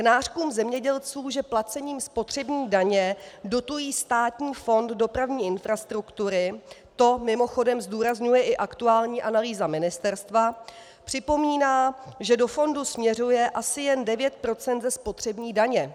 K nářkům zemědělců, že placením spotřební daně dotují Státní fond dopravní infrastruktury, to mimochodem zdůrazňuje i aktuální analýza ministerstva, připomíná, že do fondu směřuje asi jen 9 % ze spotřební daně.